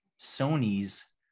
Sony's